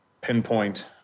pinpoint